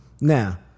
Now